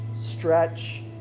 stretch